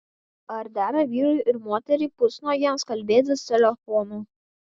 ar dera vyrui ir moteriai pusnuogiams kalbėtis telefonu